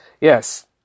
Yes